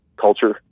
culture